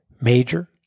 major